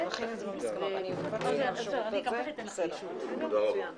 אני מחדשת את ישיבת ועדת הפנים והגנת הסביבה.